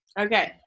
okay